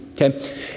Okay